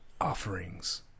offerings